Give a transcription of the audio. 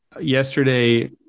yesterday